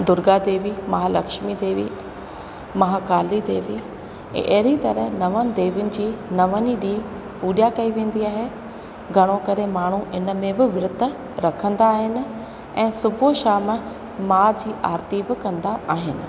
दुर्गा देवी महालक्ष्मी देवी महाकाली देवी अहिड़ी तरह नवनि देवीयुनि जी नवनि ई ॾींहुं पूॼा कई वेंदी आहे घणो करे माण्हू इन में बि विर्तु रखंदा आहिनि ऐं सुबुहु शाम माउ जी आरिती बि कंदा आहिनि